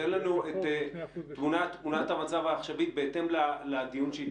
תן לנו את תמונת המצב העכשווית בהתאם לדיון שהיה עד עכשיו.